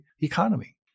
economy